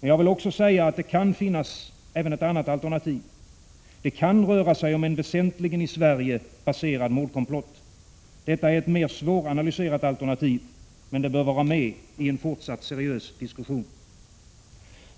Men jag vill också säga att det kan finnas även ett annat alternativ. Det kan röra sig om en väsentligen i Sverige baserad mordkomplott. Detta är ett mer svåranalyserat alternativ. Men det bör vara med i en fortsatt seriös diskussion.